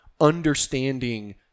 understanding